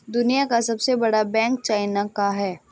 दुनिया का सबसे बड़ा बैंक चाइना का है